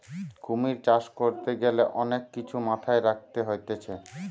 কুমির চাষ করতে গ্যালে অনেক কিছু মাথায় রাখতে হতিছে